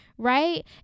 Right